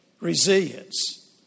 Resilience